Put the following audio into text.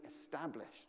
established